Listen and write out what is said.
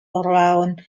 around